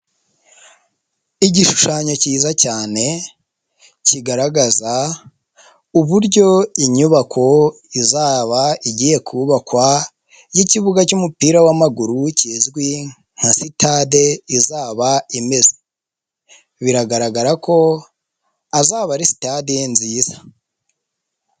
Igishushanyo cyiza cyane, kigaragaza uburyo inyubako izaba igiye kubakwa, y'ikibuga cy'umupira w'amaguru kizwi nka sitade, izaba imeze, biragaragara ko azaba ari sitade nziza.